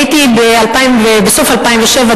הייתי בסוף 2007,